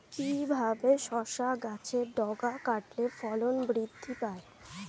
কিভাবে শসা গাছের ডগা কাটলে ফলন বৃদ্ধি পায়?